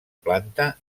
planta